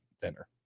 thinner